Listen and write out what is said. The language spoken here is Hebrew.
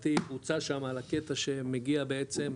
כתבתי בוצע שמה על הקטע שמגיע בעצם,